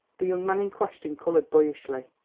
the young man in question coloured boyishly.